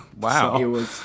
Wow